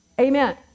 Amen